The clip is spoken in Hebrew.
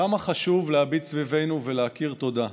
כמה חשוב להביט סביבנו ולהכיר תודה,